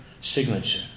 signature